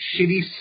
shitty